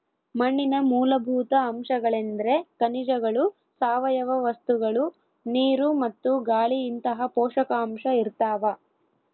ಮಣ್ಣಿನ ಮೂಲಭೂತ ಅಂಶಗಳೆಂದ್ರೆ ಖನಿಜಗಳು ಸಾವಯವ ವಸ್ತುಗಳು ನೀರು ಮತ್ತು ಗಾಳಿಇಂತಹ ಪೋಷಕಾಂಶ ಇರ್ತಾವ